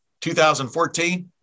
2014